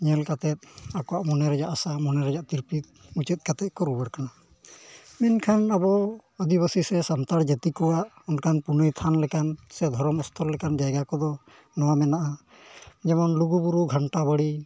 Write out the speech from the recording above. ᱧᱮᱞ ᱠᱟᱛᱮᱫ ᱟᱠᱚᱣᱟᱜ ᱢᱚᱱᱮ ᱨᱮᱭᱟᱜ ᱟᱥᱟ ᱢᱚᱱᱮ ᱨᱮᱭᱟᱜ ᱛᱤᱨᱯᱤᱫ ᱢᱩᱪᱟᱹᱫ ᱠᱟᱛᱮᱫ ᱠᱚ ᱨᱩᱣᱟᱹᱲ ᱠᱟᱱᱟ ᱢᱮᱱᱠᱷᱟᱱ ᱟᱵᱚ ᱟᱹᱫᱤᱵᱟᱹᱥᱤ ᱥᱮ ᱥᱟᱱᱛᱟᱲ ᱡᱟᱹᱛᱤ ᱠᱚᱣᱟᱜ ᱚᱱᱠᱟᱱ ᱯᱩᱱᱤᱭᱟᱹ ᱛᱷᱟᱱ ᱞᱮᱠᱟ ᱥᱮ ᱫᱷᱚᱨᱚᱢ ᱥᱛᱷᱚᱞ ᱞᱮᱠᱟᱱ ᱡᱟᱭᱜᱟ ᱠᱚᱫᱚ ᱱᱚᱣᱟ ᱢᱮᱱᱟᱜᱼᱟ ᱡᱮᱢᱚᱱ ᱞᱩᱜᱩᱼᱵᱩᱨᱩ ᱜᱷᱟᱱᱴᱟ ᱵᱟᱲᱮ